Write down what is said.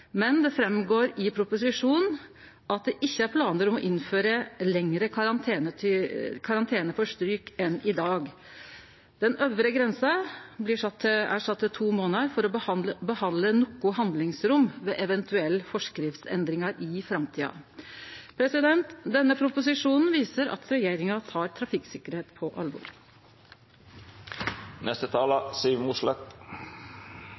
men det går fram at det ikkje er planar om å innføre lengre karantenetid for stryk enn i dag. Den øvre grensa er sett til to månader for å behalde noko handlingsrom ved eventuelle forskriftsendringar i framtida. Denne proposisjonen viser at regjeringa tek trafikksikkerheit på